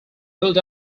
ruled